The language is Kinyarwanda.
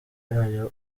yayo